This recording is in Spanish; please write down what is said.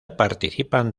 participan